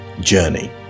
journey